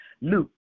Luke